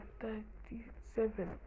thirty-seven